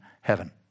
heaven